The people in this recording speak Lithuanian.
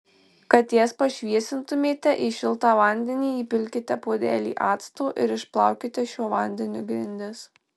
kad jas pašviesintumėte į šiltą vandenį įpilkite puodelį acto ir išplaukite šiuo vandeniu grindis